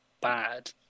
bad